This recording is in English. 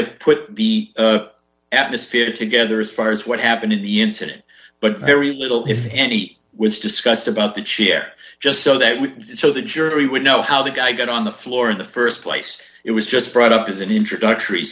of put the atmosphere together as far as what happened in the incident but very little if any was discussed about the chair just so that we so the jury would know how the guy got on the floor in the st place it was just brought up as an introductory